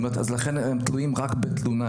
הם תלויים רק בתלונה,